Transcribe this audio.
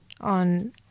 on